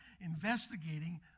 investigating